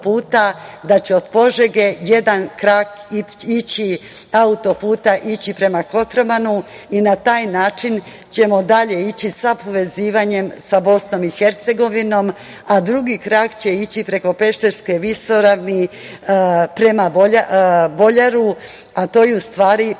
da će od Požege jedan krak autoputa ići prema Kotromanu i na taj način ćemo dalje ići sa povezivanjem sa Bosnom i Hercegovinom, a drugi krak će ići preko Peštarske visoravni, prema Boljaru, a to je, u stvari,